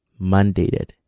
mandated